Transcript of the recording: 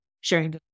sharing